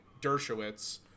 Dershowitz